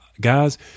guys